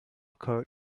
coat